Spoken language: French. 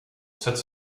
sept